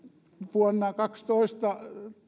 vuonna kaksituhattakaksitoista